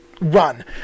run